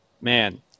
man